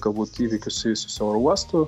galbūt įvykių susijusių su oro uostu